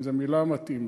אם זו מילה מתאימה.